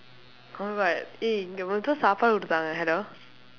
correct இங்கே மட்டும் சாப்பாடு கொடுத்தாங்க:ingkee matdum saappaadu koduththaangkee hello